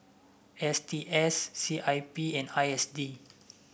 S T S C I P and I S D